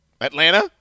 Atlanta